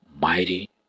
mighty